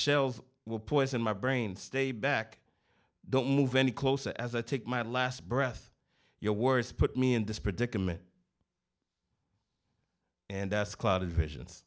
shells will poison my brain stay back don't move any closer as i take my last breath your words put me in this predicament and clouded visions